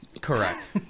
Correct